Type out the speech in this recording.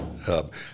hub